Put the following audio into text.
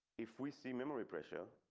if we see memory pressure,